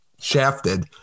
shafted